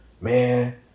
man